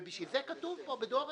ובשביל זה כתוב פה: בדואר רגיל.